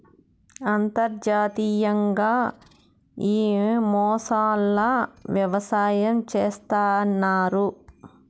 అంతర్జాతీయంగా ఈ మొసళ్ళ వ్యవసాయం చేస్తన్నారు